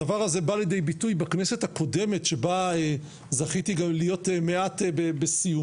הדבר הזה בא לידי ביטוי בכנסת הקודמת שבה זכיתי גם להיות מעט בסיומה,